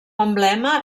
emblema